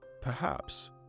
Perhaps